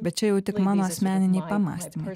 bet čia jau tik mano asmeniniai pamąstymai